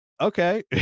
okay